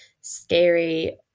scary